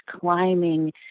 climbing